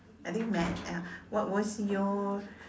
I think mad ya what was your